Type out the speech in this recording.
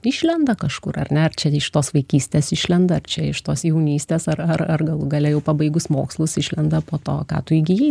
išlenda kažkur ar ne ar čia iš tos vaikystės išlenda ar čia iš tos jaunystės ar ar ar galų gale jau pabaigus mokslus išlenda po to ką tu įgijai